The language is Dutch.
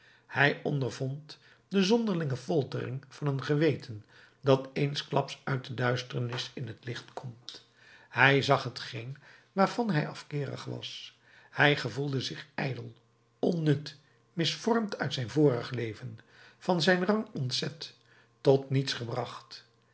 hij ondervond de zonderlinge foltering van een geweten dat eensklaps uit de duisternis in t licht komt hij zag t geen waarvan hij afkeerig was hij gevoelde zich ijdel onnut misvormd uit zijn vorig leven van zijn rang ontzet tot niets gebracht